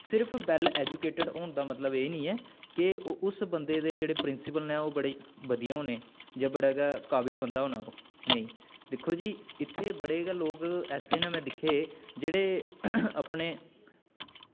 सिर्फ well educated होने दा मतलब एह् निं ऐ कि उस बंदे दे जेह्ड़े प्रिंसीपल न ओह् बड़े बधिया होने जां बड़ा गै काबल बंदा होना ओह् नेईं दिक्खो जी इत्थें बड़े गै लोग न ऐसे में दिक्खे जेह्ड़े अपने